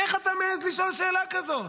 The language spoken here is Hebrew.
איך אתה מעז לשאול שאלה כזאת?